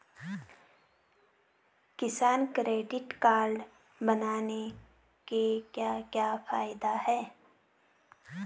किसान credit card बनाने के क्या क्या फायदे हैं?